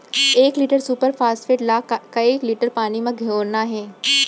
एक litre superphosphate ला कए लीटर पानी मा घोरना हे?